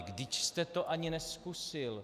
Vždyť jste to ani nezkusil.